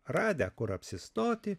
radę kur apsistoti